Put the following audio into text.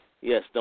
Yes